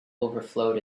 overflowed